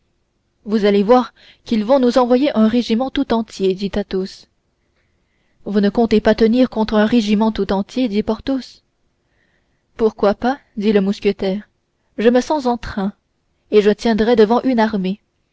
vous allez voir qu'ils vont nous envoyer un régiment tout entier dit athos vous ne comptez pas tenir contre un régiment tout entier dit porthos pourquoi pas dit le mousquetaire je me sens en train et je tiendrais devant une armée